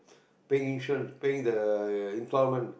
pay insurance pay the installment